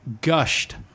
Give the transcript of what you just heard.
gushed